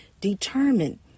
determined